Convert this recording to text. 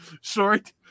short